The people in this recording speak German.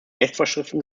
rechtsvorschriften